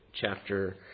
chapter